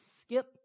skip